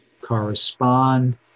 correspond